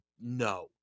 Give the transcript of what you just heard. No